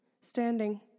standing